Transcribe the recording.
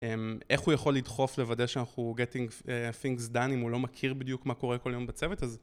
איך הוא יכול לדחוף לוודא שאנחנו getting things done אם הוא לא מכיר בדיוק מה קורה כל יום בצוות אז...